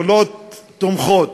פעולות תומכות,